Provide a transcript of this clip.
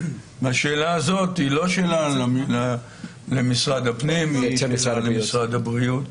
והשאלה הזאת היא לא שאלה למשרד הפנים אלא למשרד הבריאות.